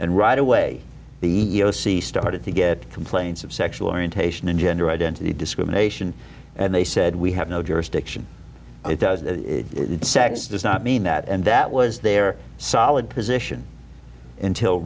c started to get complaints of sexual orientation and gender identity discrimination and they said we have no jurisdiction in the sex does not mean that and that was their solid position until